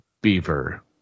Beaver